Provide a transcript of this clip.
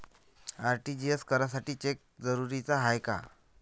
RTGS करासाठी cheque जरुरीचा हाय काय?